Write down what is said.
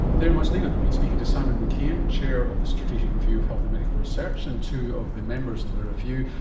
there we must leave it. we've been speaking to simon mckeon, chair of the strategic review of health and medical research, and two of the members of the review,